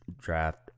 draft